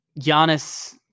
Giannis